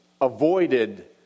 avoided